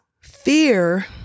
Fear